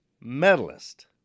medalist